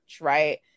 right